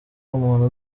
umuntu